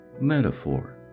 metaphor